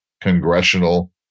congressional